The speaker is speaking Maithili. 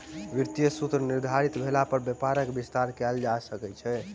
वित्तीय सूत्र निर्धारित भेला पर व्यापारक विस्तार कयल जा सकै छै